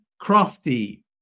crafty